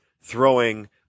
throwing